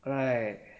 right